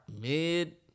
mid